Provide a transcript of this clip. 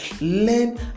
learn